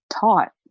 taught